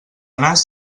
nas